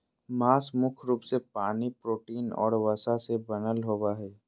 मांस मुख्य रूप से पानी, प्रोटीन और वसा से बनल होबो हइ